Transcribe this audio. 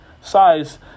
size